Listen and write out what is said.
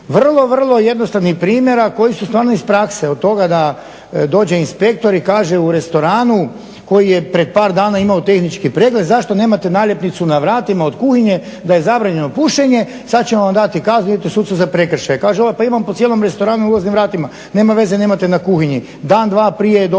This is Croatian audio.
vrlo, vrlo jednostavnih primjera koji su stvarno iz prakse od toga da dođe inspektor i kaže u restoranu koji je pred par dana imao tehnički pregled, zašto nemate naljepnicu na vratima od kuhinje da je zabranjeno pušenje. Sada ćemo vam dati kaznu i idete sucu za prekršaj. Kaže ova pa imam po cijelom restoranu na ulaznim vratima. Nema veze nemate na kuhinji. Dan dva prije je dobio